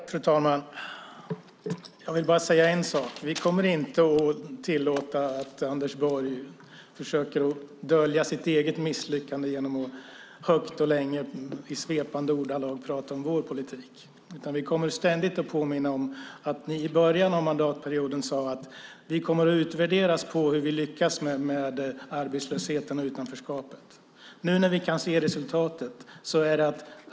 Fru talman! Jag vill bara säga en sak. Vi kommer inte att tillåta att Anders Borg försöker dölja sitt eget misslyckande genom att högt och länge i svepande ordalag prata om vår politik, utan vi kommer ständigt att påminna om att ni i början av mandatperioden sade: Vi kommer att utvärderas utifrån hur vi lyckas med arbetslösheten och utanförskapet. Nu kan vi se resultatet.